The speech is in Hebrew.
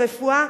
רפואה,